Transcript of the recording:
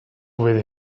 with